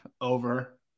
over